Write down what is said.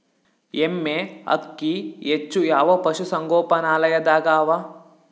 ಎಮ್ಮೆ ಅಕ್ಕಿ ಹೆಚ್ಚು ಯಾವ ಪಶುಸಂಗೋಪನಾಲಯದಾಗ ಅವಾ?